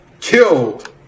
killed